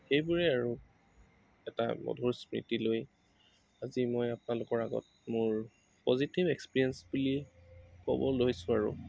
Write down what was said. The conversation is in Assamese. সেইবোৰে আৰু এটা মধুৰ স্মৃতি লৈ আজি মই আপোনালোকৰ আগত মোৰ পজিটিভ এক্সপিৰিয়েঞ্চ বুলি ক'ব লৈছোঁ আৰু